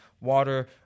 water